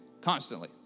constantly